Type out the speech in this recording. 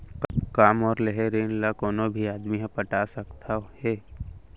का मोर लेहे ऋण ला कोनो भी आदमी ह पटा सकथव हे?